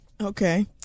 Okay